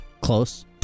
Close